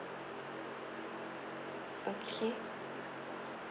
okay